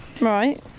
Right